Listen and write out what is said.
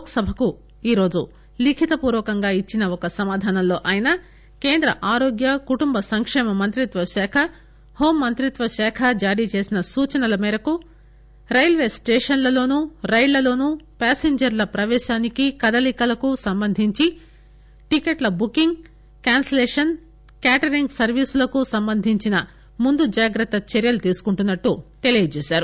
లోక్సభకు ఈరోజు లీఖిత పూర్వకంగా ఇచ్చిన ఒక సమాధానంలో ఆయన కేంద్ర ఆరోగ్య కుటుంబ సంకేమ మంత్రిత్వ శాఖ హోంమంత్రిత్వశాఖ జారీచేసిన సూచనల మేరకు రైల్వే స్టేషన్లలోనూ రైళ్లలోనూ ప్యాసింజర్ల ప్రవేశానికి కదలికలకు సంబంధించి టికెట్ల బుకింగ్ క్యాన్పిలేషన్ క్యాటరింగ్ సర్వీసులకు సంబంధించిన ముందు జాగ్రత్త చర్చలు తీసుకుంటున్నట్టు తెలియజేశారు